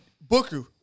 Booker